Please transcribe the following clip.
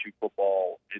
football